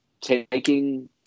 Taking